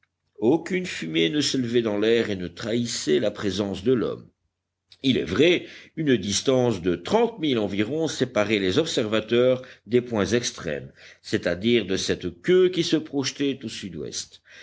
aucune fumée ne s'élevait dans l'air et ne trahissait la présence de l'homme il est vrai une distance de trente milles environ séparait les observateurs des points extrêmes c'est-à-dire de cette queue qui se projetait au sudouest